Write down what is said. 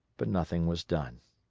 but nothing was done.